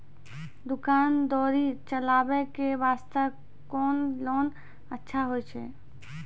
दुकान दौरी चलाबे के बास्ते कुन लोन अच्छा होय छै?